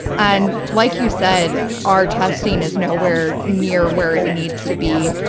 and like you said, our testing is nowhere near where it needs to be.